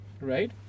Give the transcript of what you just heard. Right